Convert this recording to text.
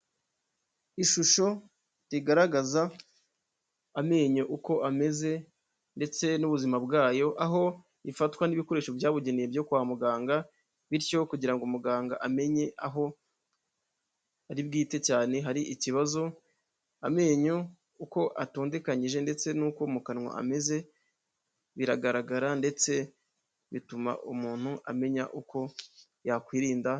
Ishusho rigaragaza amenyo uko ameze ndetse n'ubuzima bwayo, aho ifatwa n'ibikoresho byabugenewe byo kwa muganga, bityo kugira ngo muganga amenye aho ari bwite cyane hari ikibazo, amenyo uko atondekanyije ndetse n'uko mu kanwa ameze, biragaragara ndetse bituma umuntu amenya uko yakwirinda.